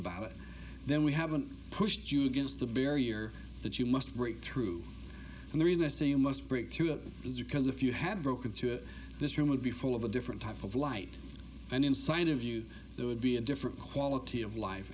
about it then we haven't pushed you against the barrier that you must break through and the reason i say you must break through it is you cuz if you had broken through it this room would be full of a different type of light and inside of you there would be a different quality of life